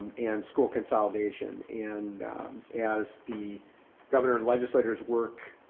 and school consolidation. and as the governor and legislators work,